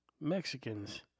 Mexicans